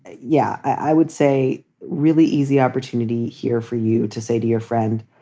yeah, i would say really easy opportunity here for you to say to your friend,